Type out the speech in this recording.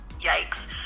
yikes